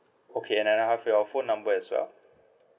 okay and I have your phone number as well